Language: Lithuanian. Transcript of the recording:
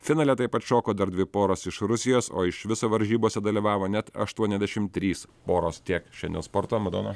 finale taip pat šoko dar dvi poros iš rusijos o iš viso varžybose dalyvavo net aštuoniasdešim trys poros tiek šiandien sporto madona